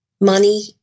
Money